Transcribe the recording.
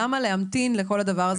למה להמתין לכל הדבר זה?